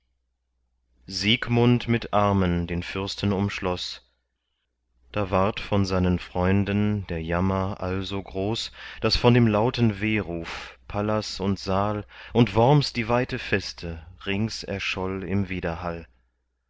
siegmund mit armen den fürsten umschloß da ward von seinen freunden der jammer also groß daß von dem lauten wehruf palas und saal und worms die weite feste rings erscholl im widerhall